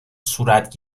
صورت